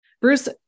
Bruce